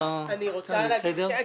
רוצה הצעה לסדר?